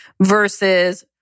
versus